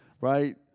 right